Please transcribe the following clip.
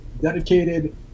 dedicated